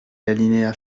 l’alinéa